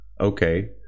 Okay